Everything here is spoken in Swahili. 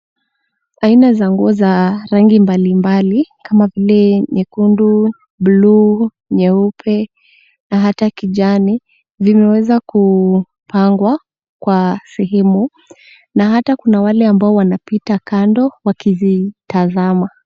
Aina za nguo za rangi mbalimbali kama vile mekundu buluu, meupe na ata kijani vimeweza kupangwa kwa seemu, na hata kuna wale ambao wnapita kando wakizitazama.